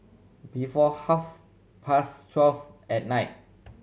before half past twelve at night